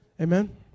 Amen